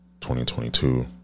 2022